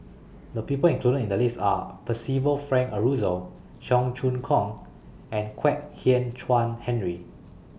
The People included in The list Are Percival Frank Aroozoo Cheong Choong Kong and Kwek Hian Chuan Henry